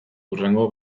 hurrengo